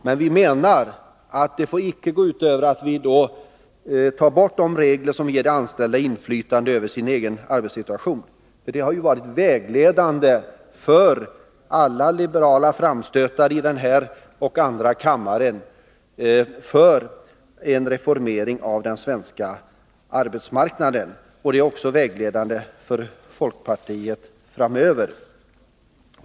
Men vi menar att det inte får medföra att vi tar bort de regler som ger de anställda inflytande över sin egen arbetssituation — det har varit vägledande för alla liberala framstötar här i riksdagen om en reformering av den svenska arbetsmarknaden. Det är vägledande för folkpartiet också framöver.